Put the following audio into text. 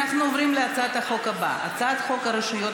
אנחנו עוברים להצעת החוק הבאה: הצעת חוק הרשויות